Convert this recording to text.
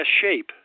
shape